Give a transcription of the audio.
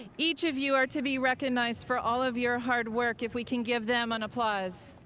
each of you are to be recognized for all of your hard work. if we can give them an applause.